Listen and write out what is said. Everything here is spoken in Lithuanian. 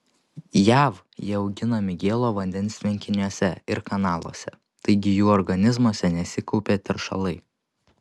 jav jie auginami gėlo vandens tvenkiniuose ir kanaluose taigi jų organizmuose nesikaupia teršalai